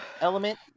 element